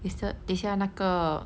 is the 等一下那个